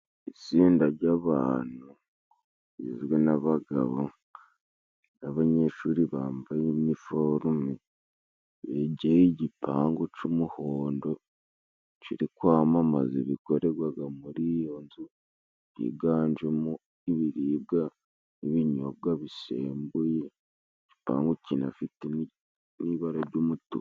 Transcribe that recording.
Itsinda ry'abantu rigizwe n'abagabo, n'abanyeshuri bambaye iniforume. Begeye igipangu c'umuhondo kiri kwamamaza ibikorerwaga muri iyo nzu, byiganjemo ibiribwa n'ibinyobwa bisembuye, igipangu kinafite n'ibara ry'umutuku.